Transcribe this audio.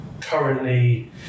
currently